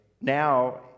now